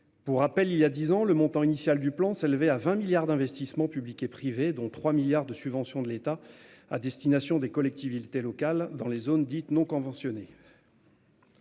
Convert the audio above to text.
Pour rappel, il y a dix ans, le plan prévoyait initialement 20 milliards d'euros d'investissements publics et privés, dont 3,3 milliards de subventions de l'État à destination des collectivités locales dans les zones dites non conventionnées.